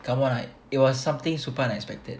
come on it was something super unexpected